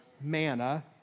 manna